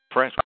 Press